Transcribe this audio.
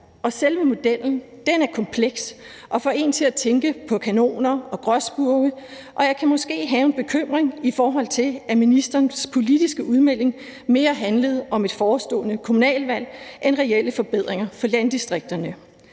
selve modellen er kompleks og får en til at tænke på kanoner og gråspurve, og jeg kan måske have en bekymring, i forhold til at ministerens politiske udmelding mere handlede om et forestående kommunalvalg end reelle forbedringer for landdistrikterne.